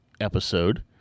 episode